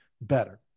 better